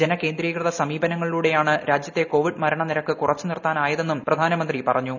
ജന കേന്ദ്രീകൃത സമീപനങ്ങളിലൂടെ ആണ് രാജ്യത്തെ കോവിഡ് മരണ്ട് നിരക്ക് കുറച്ചു നിർത്താൻ ആയതെന്നും പ്രധാനമന്ത്രി പ്രെഞ്ഞു